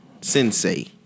Sensei